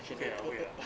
oh ya oh ya